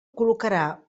col·locarà